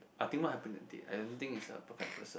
I think what happen that date I didn't think it's a perfect person